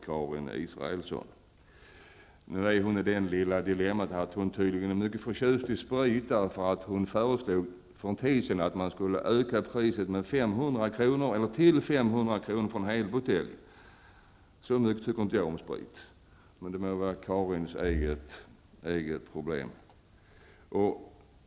Karin Israelsson befinner sig i det dilemmat att hon tydligen är mycket förtjust i sprit, eftersom hon för en tid sedan föreslog att priset på en helbutelj skulle öka till 500 kr. Så mycket tycker inte jag om sprit, men det må vara Karin Israelssons eget problem.